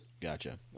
Gotcha